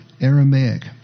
Aramaic